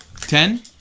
Ten